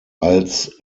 als